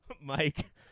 Mike